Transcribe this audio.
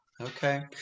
okay